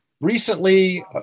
Recently